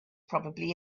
probably